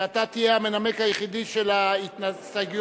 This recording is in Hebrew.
שאתה תהיה המנמק היחידי של ההסתייגויות.